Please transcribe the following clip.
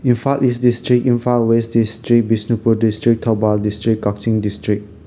Imphal east district Imphal west district Bishnupur district Thoubal district Kakching district